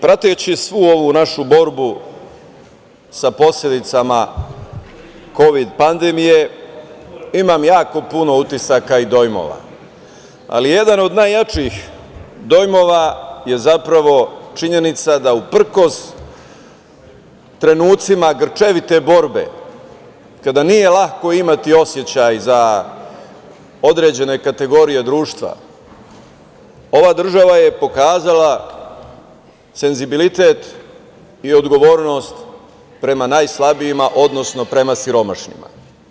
Prateći svu ovu našu borbu sa posledicama kovid pandemije, imam jako puno utisaka, ali jedan od najjačih utisaka je činjenica da uprkos trenucima grčevite borbe, kada nije lako imati osećaj za određene kategorije društva, ova država je pokazala senzibilitet i odgovornost prema najslabijima, odnosno prema siromašnima.